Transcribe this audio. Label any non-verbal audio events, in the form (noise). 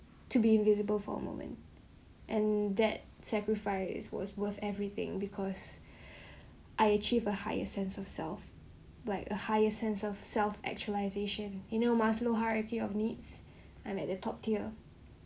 to be invisible for a moment and that sacrifice was worth everything because (breath) I achieve a higher sense of self like a higher sense of self actualisation you know mallow's hierarchy of needs I like the top tier